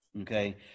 Okay